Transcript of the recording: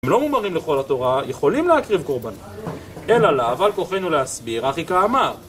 אם לא מומרים לכל התורה, יכולים להקריב קורבנה. אלא לאו, אבל כוכבינו להסביר, אך היא כאמר.